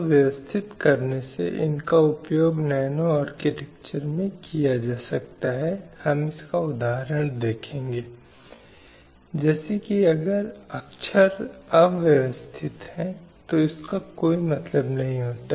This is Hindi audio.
दायित्वों और किस तरीके से समानता लाने या स्थापित करने या इस समाज में भेदभावपूर्ण प्रथाओं को खत्म करने की मांग की गई है